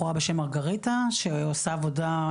בחורה בשם מרגריטה שעושה עבודה,